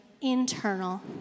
internal